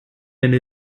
eine